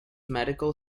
medical